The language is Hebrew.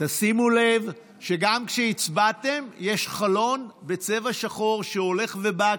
תשימו לב שגם כשהצבעתם יש חלון בצבע שחור שהולך ובא,